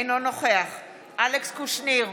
אינו נוכח אלכס קושניר,